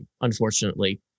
unfortunately